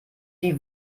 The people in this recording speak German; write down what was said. wie